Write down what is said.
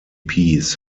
peas